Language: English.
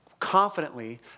confidently